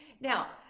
Now